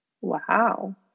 Wow